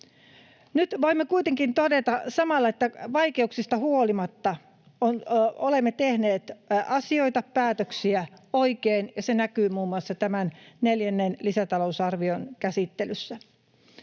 Nyt voimme kuitenkin todeta samalla, että vaikeuksista huolimatta olemme tehneet asioita, päätöksiä, oikein, ja se näkyy muun muassa tämän neljännen lisätalousarvion käsittelyssä.